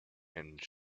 and